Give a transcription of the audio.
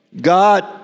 God